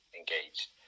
engaged